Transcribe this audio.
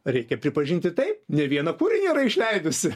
reikia pripažinti taip ne vieną kūrinį yra išleidusi